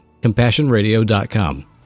CompassionRadio.com